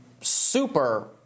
super